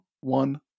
one